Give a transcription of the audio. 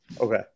Okay